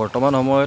বৰ্তমান সময়ত